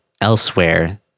elsewhere